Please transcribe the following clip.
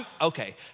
okay